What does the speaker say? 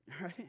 Right